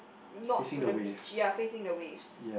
not to the beach ya facing the waves